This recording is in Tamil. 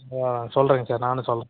ஆ சொல்கிறேங்க சார் நானும் சொல்கிறேன்